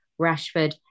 Rashford